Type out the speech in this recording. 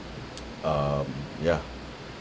um ya